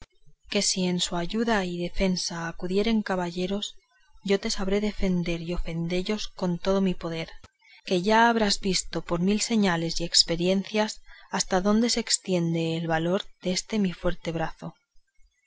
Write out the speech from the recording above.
que si en su ayuda y defensa acudieren caballeros yo te sabré defender y ofendellos con todo mi poder que ya habrás visto por mil señales y experiencias hasta adónde se estiende el valor de este mi fuerte brazo